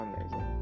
amazing